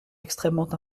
extrêmement